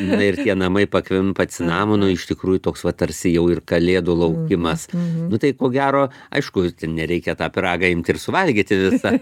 na ir tie namai pakvimpa cinamonu iš tikrųjų toks va tarsi jau ir kalėdų laukimas nu tai ko gero aišku ten nereikia tą pyragą imti ir suvalgyti visą